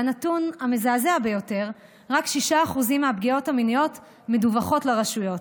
והנתון המזעזע ביותר: רק 6% מהפגיעות המיניות מדווחות לרשויות.